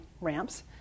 ramps